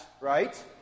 right